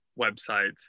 websites